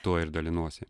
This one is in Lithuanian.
tuo ir dalinuosi